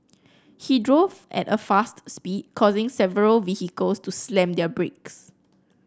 he drove at a fast speed causing several vehicles to slam their brakes